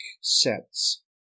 sets